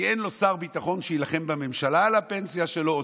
כי אין לו שר ביטחון שיילחם בממשלה על הפנסיה שלו,